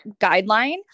guideline